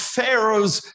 Pharaoh's